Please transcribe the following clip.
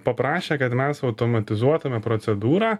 paprašė kad mes automatizuotame procedūrą